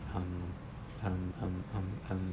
um um um um um